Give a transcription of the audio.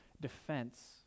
defense